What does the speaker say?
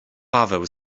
paweł